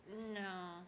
No